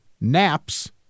naps